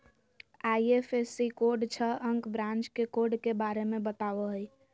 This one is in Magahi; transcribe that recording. आई.एफ.एस.सी कोड छह अंक ब्रांच के कोड के बारे में बतावो हइ